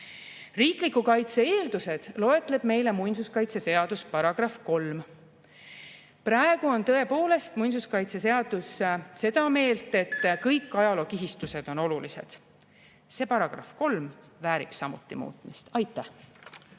Riikliku kaitse eeldused loetleb meile muinsuskaitseseaduse § [10]. Praegu on tõepoolest muinsuskaitseseadus seda meelt, et kõik ajalookihistused on olulised. See § [10] väärib samuti muutmist. Aitäh!